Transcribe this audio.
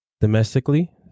domestically